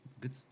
good